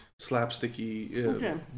slapsticky